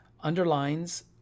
Underlines